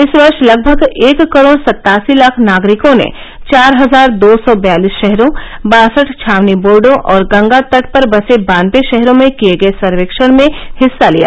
इस वर्ष लगभग एक करोड़ सत्तासी लाख नागरिकों ने चार हजार दौ सो बयालिस शहरों बासठ छावनी बोर्डो और गंगा तट पर बसे बानवे शहरों में किए गए सर्वेक्षण में हिस्सा लिया